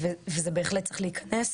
זה בהחלט צריך להיכנס.